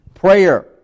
Prayer